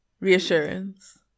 Reassurance